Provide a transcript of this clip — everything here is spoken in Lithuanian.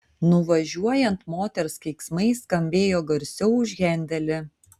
nuvažiuojant moters keiksmai skambėjo garsiau už hendelį